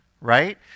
right